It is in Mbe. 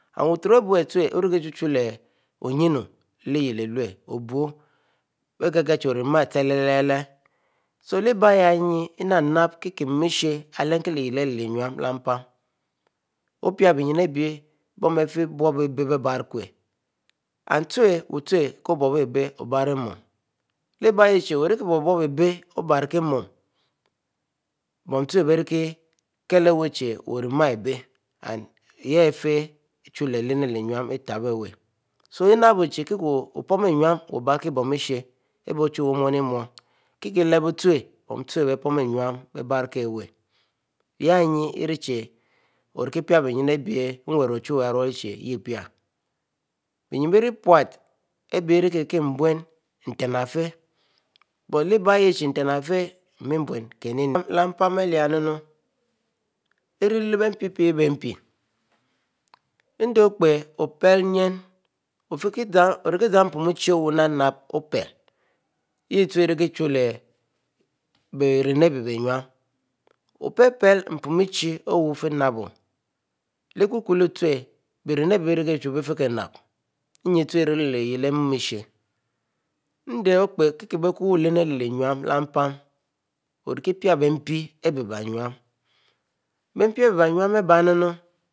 And buturo abuieh ute chuieh-leh oyuniel obuu. oniynu leh yhieh l'yuo mpan, opie bienyin bon bieh fiponn abieh bebrikure and mte, ko bqupebie ibeh obari mu leh ibeh yehchie yeh ifichu leh lenieh iyieh wuneu itebihwu so penibiechie kie kieh wuieh ponnuieh obrikieh muish kiekieh ilehboute bon ute biepon nue ute abirikie wuie yahnni irikieh orikieh pie beyinu abie nwuri ochuwue ariruele chie opie beyene pute beyen nieh puti but but nten ari fieh, iri leh-biempi-mpi endich opeh opele yinue ofieh zam, oriki zam opon ichie wuie ona onape npe piel yehute irikieh ute ichu leh berem abieh yune, opele-pele npon ichie, awufinabieh leh ichi leute, biremm abieh-bie ute biefikieh yle amuish, k'o lemu mpan orikieh pie bie mpie abieh bieynue